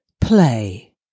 Play